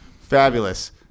Fabulous